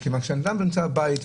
מכיוון שאם נמצא במלון,